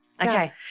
Okay